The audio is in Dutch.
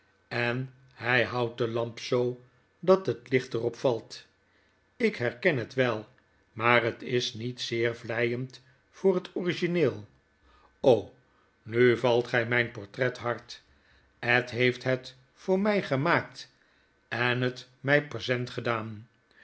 en hy houdt de lamp zoo dat het licht er op valt lk herken het wel maar het is niet zeer vleiend voor het origineel nu valt gy myn portret hard ed heeft het voor my gemaakt en het my present gedaan